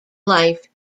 life